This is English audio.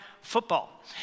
football